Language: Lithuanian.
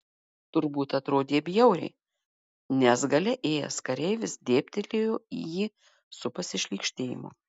turbūt atrodė bjauriai nes gale ėjęs kareivis dėbtelėjo į jį su pasišlykštėjimu